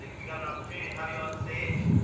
we got an opportunity to have you on stage.